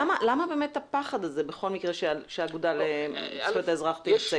למה באמת הפחד הזה בכל מקרה שהאגודה לזכויות האזרח תייצג?